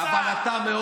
אתה יכול?